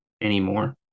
anymore